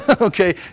Okay